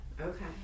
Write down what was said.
Okay